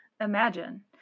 imagine